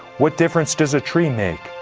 what difference does a tree make?